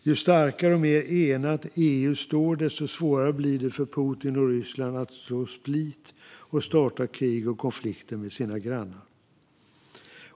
Ju starkare och mer enat EU står, desto svårare blir det för Putin och Ryssland att så split och starta krig och konflikter med sina grannar.